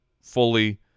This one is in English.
fully